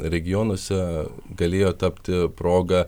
regionuose galėjo tapti proga